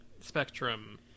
Spectrum